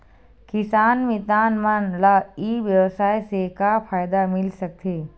किसान मितान मन ला ई व्यवसाय से का फ़ायदा मिल सकथे?